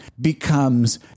becomes